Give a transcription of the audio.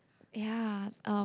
ya um